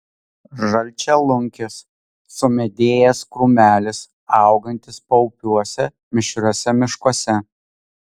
žalčialunkis sumedėjęs krūmelis augantis paupiuose mišriuose miškuose